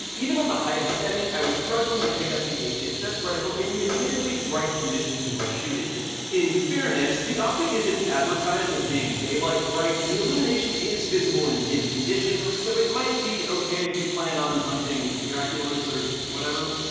even on the highest setting, i was struggling to pick up the acss reticle in the admittedly bright conditions we were shooting in. in fairness, the optic isn't advertised as being daylight bright and the illumination is visible in dim conditions, so it might be okay if you plan on hunting dracula's or whatever.